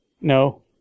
No